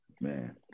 Man